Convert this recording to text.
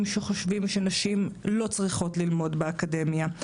שחושבים שנשים לא צריכות ללמוד באקדמיה,